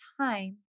time